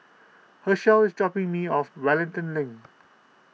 Hershel is dropping me off Wellington Link